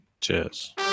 Cheers